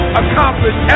accomplish